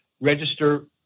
register